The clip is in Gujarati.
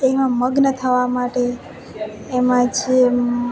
એમાં મગ્ન થવા માટે એમાં જે